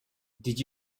did